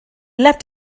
left